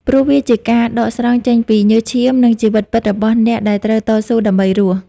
ព្រោះវាជាការដកស្រង់ចេញពីញើសឈាម និងជីវិតពិតរបស់អ្នកដែលត្រូវតស៊ូដើម្បីរស់។